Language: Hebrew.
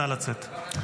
נא לצאת.